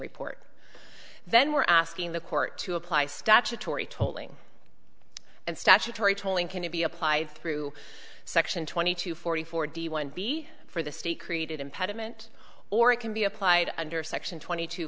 report then we're asking the court to apply statutory tolling and statutory tolling can be applied through section twenty two forty four d one b for the state created impediment or it can be applied under section twenty t